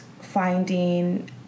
finding